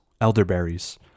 elderberries